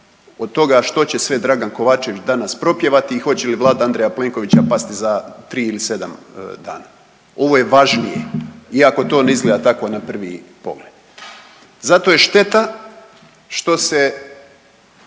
od toga što će sve Dragan Kovačević danas propjevati i hoće li Vlada Andreja Plenkovića pasti za 3 ili 7 dana. Ovo je važnije iako to ne izgleda tako na prvi pogled zato je šteta što se